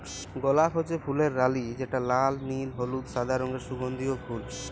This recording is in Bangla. গলাপ হচ্যে ফুলের রালি যেটা লাল, নীল, হলুদ, সাদা রঙের সুগন্ধিও ফুল